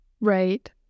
Right